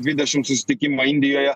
dvidešim susitikimą indijoje